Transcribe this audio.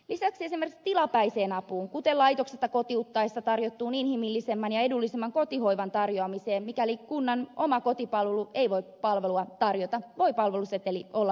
lisäksi esimerkiksi tilapäiseen apuun kuten laitoksesta kotiuttaessa tarjottuun inhimillisemmän ja edullisemman kotihoivan tarjoamiseen mikäli kunnan oma kotipalvelu ei voi palvelua tarjota voi palveluseteli olla hyvä vaihtoehto